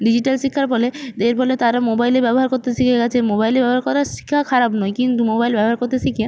digital শিক্ষার ফলে এর ফলে তারা মোবাইলের ব্যবহার করতে শিখে গিয়েছে মোবাইলের ব্যবহার করা শেখা খারাপ নয় কিন্তু মোবাইল ব্যবহার করতে শিখে